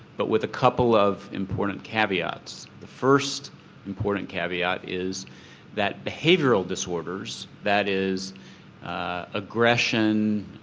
but with a couple of important caveats. the first important caveat is that behavioural disorders, that is aggression,